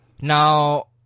Now